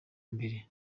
imbere